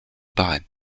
paraît